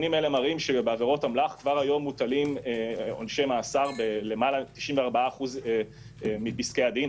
הם מראים שבעבירות אמל"ח כבר היום מוטלים עונשי מאסר ב-94% מפסקי הדין.